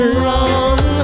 wrong